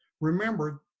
Remember